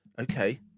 Okay